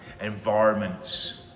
environments